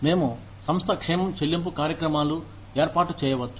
మేము సంస్థ క్షేమం చెల్లింపు కార్యక్రమాలు ఏర్పాటు చేయవచ్చు